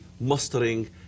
mustering